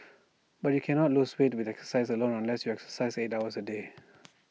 but you cannot lose weight with exercise alone unless you exercise eight hours A day